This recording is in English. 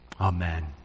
Amen